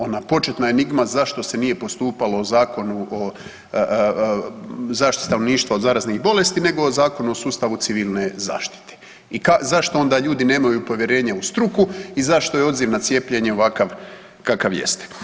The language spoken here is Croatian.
Ona početna enigma zašto se nije postupalo po Zakonu o zaštiti stanovništva od zaraznih bolesti nego o Zakonu o sustavu civilne zaštite i zašto onda ljudi nemaju povjerenja u struku i zašto je odziv na cijepljenje ovakav kakva jeste.